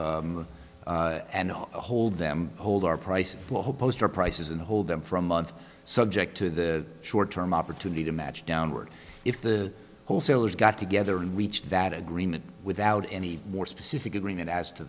provisions and hold them hold our prices low post our prices and hold them for a month subject to the short term opportunity to match downward if the wholesalers got together and reached that agreement without any more specific agreement as to